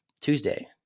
Tuesday